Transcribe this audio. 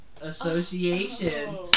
Association